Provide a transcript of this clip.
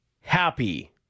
happy